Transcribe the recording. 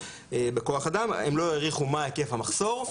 בכוח אדם הם לא העריכו מה היקף המחסור.